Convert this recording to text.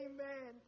Amen